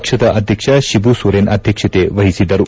ಪಕ್ಷದ ಅಧ್ಯಕ್ಷ ಶಿಬು ಸೊರೇನ್ ಅಧ್ಯಕ್ಷತೆ ವಹಿಸಿದ್ದರು